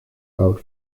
out